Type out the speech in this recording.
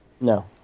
No